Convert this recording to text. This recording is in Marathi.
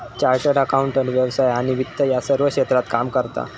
चार्टर्ड अकाउंटंट व्यवसाय आणि वित्त या सर्व क्षेत्रात काम करता